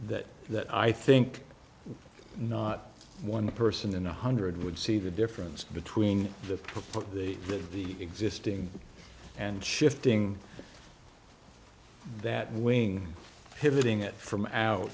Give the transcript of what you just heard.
that that i think not one person in one hundred would see the difference between the two put the the existing and shifting that wing hitting it from out